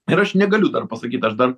ir aš negaliu dar pasakyt aš dar